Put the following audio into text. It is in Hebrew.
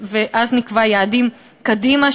ואז נקבע יעדים קדימה,